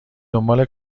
دنبال